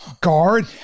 guard